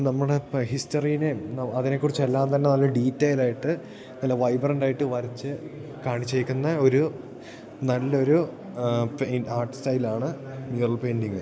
നമ്മുടെ ഇപ്പോൾ ഹിസ്റ്ററിയിനേയും അതിനെ കുറിച്ചെല്ലാം തന്നെ നല്ല ഡീറ്റെയിലായിട്ട് നല്ല വൈബ്രൻ്റായിട്ട് വരച്ചു കാണിച്ചിരിക്കുന്ന ഒരു നല്ലൊരു ആട്ട് സ്റ്റൈലാണ് മ്യൂറല് പെയ്ൻ്റിംഗ്